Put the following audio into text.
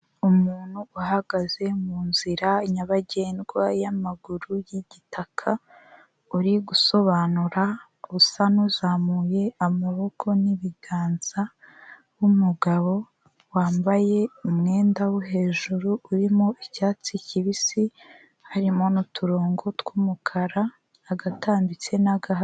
Umuntu uhagaze mu nzira nyabagendwa y'amaguru y'igitaka, uri gusobanura usa n'uzamuye amaboko n'ibiganza w'umugabo, wambaye umwenda wo hejuru urimo icyatsi kibisi harimo n'uturongo tw'umukara agatambitse...